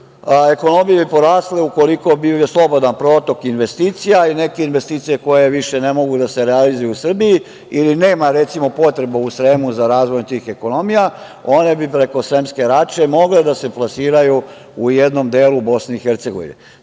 Ekonomije bi porasle ukoliko bi bio slobodan protok investicija ili neke investicije koje više ne mogu da se realizuju u Srbiji, ili nema, recimo, potreba u Sremu za razvoj tih ekonomija, one bi preko Sremske Rače mogle da se plasiraju u jednom delu BiH.Mislim